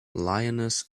lioness